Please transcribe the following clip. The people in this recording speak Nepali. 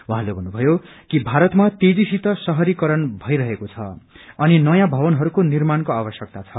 उहाँले भन्नुषयो कि भारतमा तेजीसित शहरीकरण भइरहेको छ अनि नयाँ भवनहरूको निर्माणको आवश्यक्ता छ